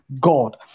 God